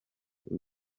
uyu